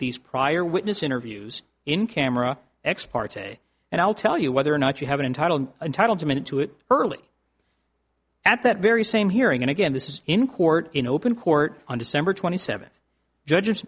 these prior witness interviews in camera ex parte say and i'll tell you whether or not you have entitled untitled a minute to it early at that very same hearing and again this is in court in open court on december twenty seventh judges